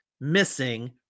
missing